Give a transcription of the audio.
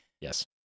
Yes